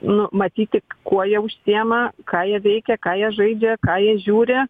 nu matyti kuo jie užsiima ką jie veikia ką jie žaidžia ką jie žiūri